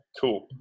cool